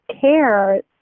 care